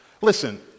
Listen